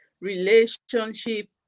relationship